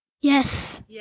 Yes